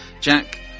Jack